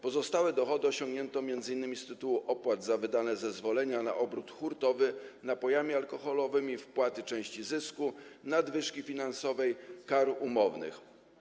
Pozostałe dochody osiągnięto m.in. z tytułu opłat za wydane zezwolenia na obrót hurtowy napojami alkoholowymi, wpłaty części zysku, nadwyżki finansowej, kar umownych.